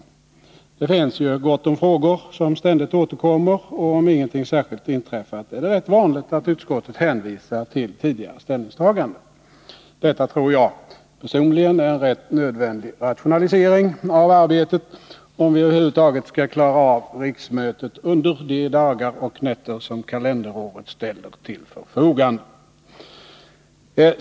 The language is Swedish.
Det finns gott om frågor som ständigt återkommer, och om inget särskilt inträffat är det rätt vanligt att utskottet hänvisar till tidigare ställningstaganden. Detta tror jag personligen är en rätt nödvändig rationalisering av arbetet, om vi över huvud taget skall klara av riksmötet under de dagar och nätter som kalenderåret ställer till förfogande.